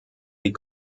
die